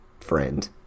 friend